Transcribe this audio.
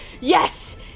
yes